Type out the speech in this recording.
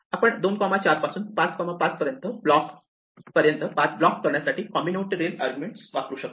आपण 2 4 पासून 5 5 पर्यंत पाथ ब्लॉक करण्यासाठी कॉम्बिनेटोरिअल आर्ग्युमेंट वापरू शकतो